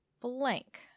blank